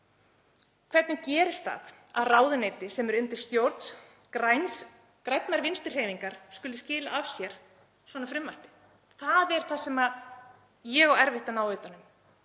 Hvernig gerist það að ráðuneyti sem er undir stjórn grænnar vinstri hreyfingar skuli skila af sér svona frumvarpi? Það er það sem ég á erfitt með að ná utan um,